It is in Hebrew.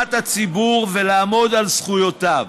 לקראת הציבור ולעמוד על זכויותיו.